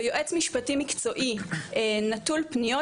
ויועץ משפטי מקצועי נטול פניות,